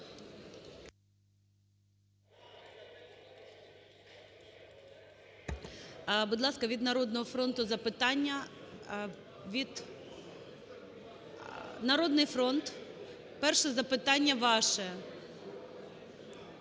Будь ласка, від "Народного фронту" запитання від… "Народний фронт", перше запитання ваше.